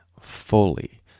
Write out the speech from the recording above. fully